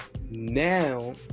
Now